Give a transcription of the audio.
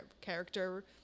character